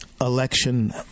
election